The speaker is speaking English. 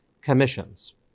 commissions